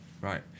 right